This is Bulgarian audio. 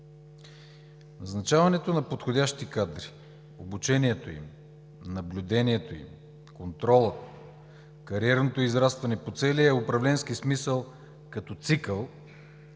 Назначаването на подходящи кадри, обучението им, наблюдението им, контролът, кариерното израстване по целия управленски смисъл като цикъл